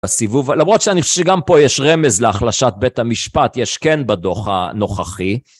הסיבוב למרות שאני חושב שגם פה יש רמז להחלשת בית המשפט יש כן בדו"ח הנוכחי